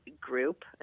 group